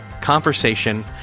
conversation